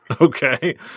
Okay